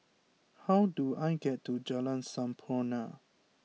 how do I get to Jalan Sampurna